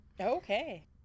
Okay